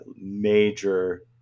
major